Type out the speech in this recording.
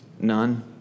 None